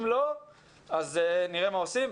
אם לא, נראה מה עושים.